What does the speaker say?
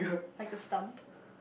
like a stump